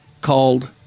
called